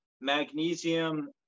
magnesium